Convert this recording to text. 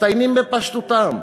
מצטיינים בפשטותם.